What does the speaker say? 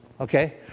Okay